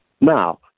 now